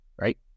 Right